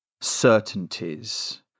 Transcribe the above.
certainties